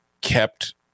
kept